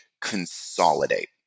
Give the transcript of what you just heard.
consolidate